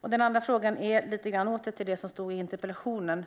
Den andra frågan anknyter lite till det som står i interpellationen.